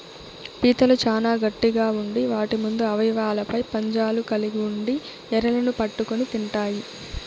పీతలు చానా గట్టిగ ఉండి వాటి ముందు అవయవాలపై పంజాలు కలిగి ఉండి ఎరలను పట్టుకొని తింటాయి